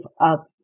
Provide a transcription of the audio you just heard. up